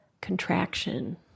contraction